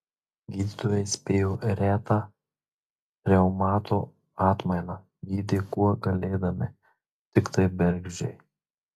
gydytojai spėjo retą reumato atmainą gydė kuo galėdami tiktai bergždžiai